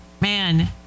man